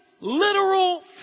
literal